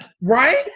right